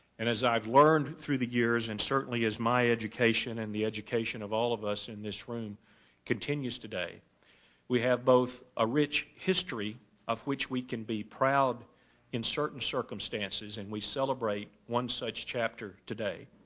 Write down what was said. and as i've learned through the years and certainly as my education and the education of all of us in this room continues today we have both a rich history of which we can be proud in certain circumstances and we celebrate one such chapter today.